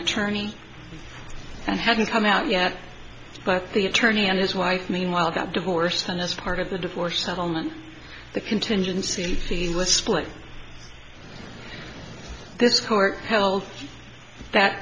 attorney and hadn't come out yet but the attorney and his wife meanwhile got divorced and as part of the divorce settlement the contingency fees were split this court held that